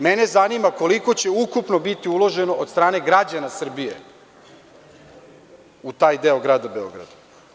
Mene zanima koliko će ukupno biti uloženo od strane građana Srbije u taj deo Grada Beograda.